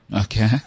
Okay